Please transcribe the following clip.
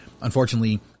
Unfortunately